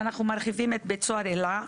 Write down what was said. אנחנו מרחיבים את בית סוהר אלה.